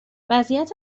وضعیت